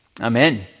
Amen